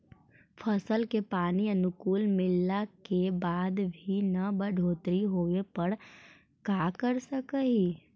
फसल के पानी अनुकुल मिलला के बाद भी न बढ़ोतरी होवे पर का कर सक हिय?